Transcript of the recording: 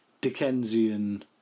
Dickensian